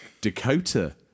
Dakota